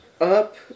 up